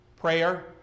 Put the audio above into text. prayer